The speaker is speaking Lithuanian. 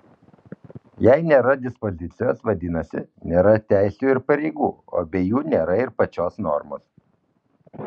jei nėra dispozicijos vadinasi nėra teisių ir pareigų o be jų nėra ir pačios normos